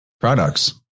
products